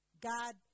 God